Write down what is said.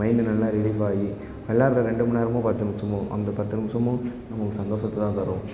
mind நல்லா relief ஆகி விள்ளாட்ற ரெண்டு மணி நேரமோ பத்து நிமிஷமோ அந்த பத்து நிமிஷமும் நமக்கு சந்தோஷத்த தான் தரும்